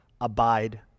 abide